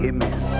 Amen